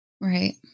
Right